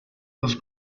was